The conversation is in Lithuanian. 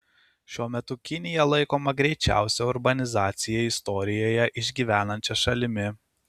šiuo metu kinija laikoma greičiausią urbanizaciją istorijoje išgyvenančia šalimi